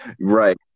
right